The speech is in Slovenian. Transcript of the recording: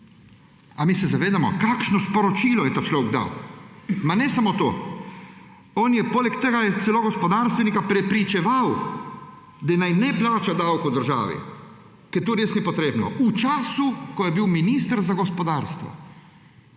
A se mi zavedamo, kakšno sporočilo je ta človek dal? Ne samo to, on je poleg tega celo gospodarstvenika prepričeval, da naj ne plača davkov državi, ker to res ni treba, v času, ko je bil minister za gospodarstvo.